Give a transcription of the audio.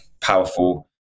powerful